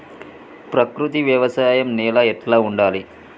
ప్రకృతి వ్యవసాయం నేల ఎట్లా ఉండాలి?